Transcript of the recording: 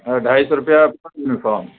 ڈھائی سو روپیہ پر یونیفارم